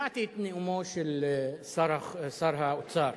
שמעתי את נאומו של שר האוצר,